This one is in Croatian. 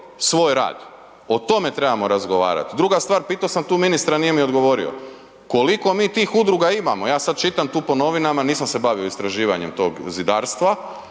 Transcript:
svoj rad. O tome trebamo razgovarati. Druga stvar, pitao sam tu ministra, nije mi odgovorio. Koliko mi tih udruga imamo? Ja sad čitam tu po novinama, nisam se bavio istraživanjem tog Zidarstva,